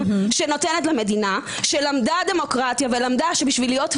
אין חינוך ממלכתי, חינוך